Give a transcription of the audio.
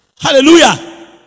Hallelujah